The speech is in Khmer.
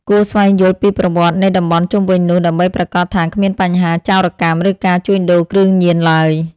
គួរស្វែងយល់ពីប្រវត្តិនៃតំបន់ជុំវិញនោះដើម្បីប្រាកដថាគ្មានបញ្ហាចោរកម្ម ឬការជួញដូរគ្រឿងញៀនឡើយ។